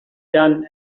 done